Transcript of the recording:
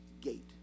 gate